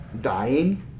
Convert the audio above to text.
dying